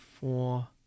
four